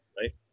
right